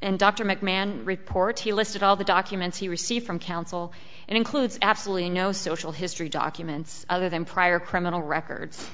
and dr mcmahon reports he listed all the documents he received from counsel and includes absolutely no social history documents other than prior criminal records